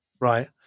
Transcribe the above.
Right